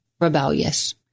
rebellious